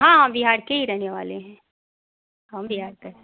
हाँ बिहार के ही रहने वाले हैं हम बिहार के